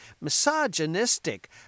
misogynistic